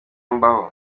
mbaho